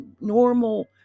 normal